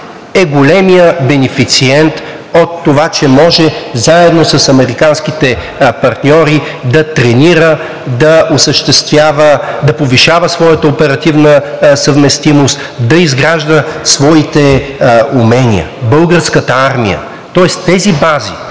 е големият бенефициент от това, че може заедно с американските партньори да тренира, да осъществява, да повишава своята оперативна съвместимост, да изгражда своите умения – Българската армия. Тоест тези бази,